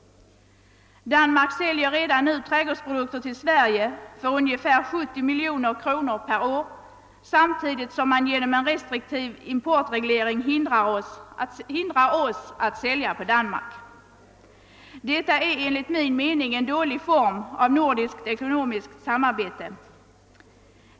Danmark säljer redan trädgårdsprodukter till Sverige för cirka 70 miljoner kronor per år, samtidigt som man genom en restriktiv importreglering hindrar oss att sälja till Danmark. Detta är enligt min mening en dålig form av nordiskt ekonomiskt samarbete.